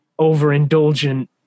overindulgent